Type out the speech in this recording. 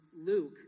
Luke